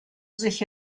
sich